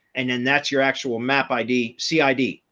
and then that's your actual map. id see id.